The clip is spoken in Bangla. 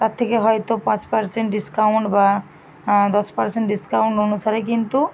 তার থেকে হয়তো পাঁচ পার্সেন্ট ডিসকাউন্ট বা দশ পার্সেন্ট ডিসকাউন্ট অনুসারে কিন্তু